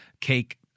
cake